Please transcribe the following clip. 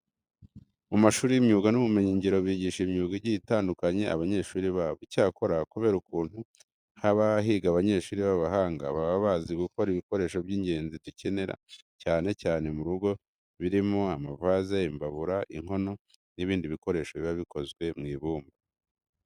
Mu mashuri y'imyuga n'ubumenyingiro bigisha imyuga igiye itandukanye abanyeshuri babo. Icyakora kubera ukuntu haba higa abanyeshuri b'abahanga baba bazi gukora ibikoresho by'ingenzi dukenera cyane cyane mu rugo birimo amavaze, imbabura, inkono n'ibindi bikoresho biba bikozwe mu ibumba.